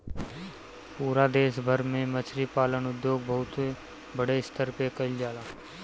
पूरा देश भर में मछरी पालन उद्योग बहुते बड़ स्तर पे कईल जाला